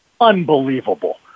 unbelievable